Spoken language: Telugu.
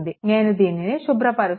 నేను దీనిని శుభ్రపరుస్తాను